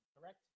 correct